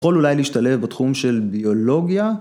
יכול אולי להשתלב בתחום של ביולוגיה.